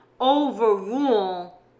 overrule